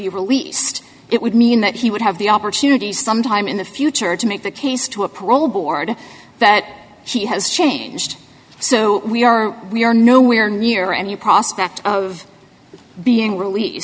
be released it would mean that he would have the opportunity sometime in the future to make the case to a parole board that she has changed so we are we are nowhere near any prospect of being release